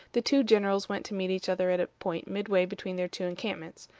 the two generals went to meet each other at a point midway between their two encampments,